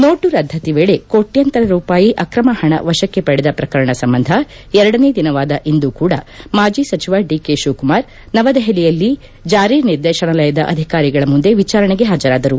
note ರದ್ದತಿ ವೇಳೆ ಕೋಟ್ನಂತರ ರೂಪಾಯಿ ಆಕ್ರಮ ಪಣ ವಶಕ್ಷೆ ಪಡೆದ ಪ್ರಕರಣ ಸಂಬಂಧ ಎರಡನೇ ದಿನವಾದ ಇಂದು ಕೂಡಾ ಮಾಜಿ ಸಚಿವ ಡಿಕೆ ತಿವಕುಮಾರ್ ನವದೆಪಲಿಯಲ್ಲಿ ಜಾರಿ ನಿರ್ದೇತನಾಲಯದ ಅಧಿಕಾರಿಗಳ ಮುಂದೆ ವಿಚಾರಣೆಗೆ ಹಾಜರಾದರು